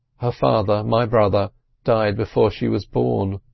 her father my brother died before she was born.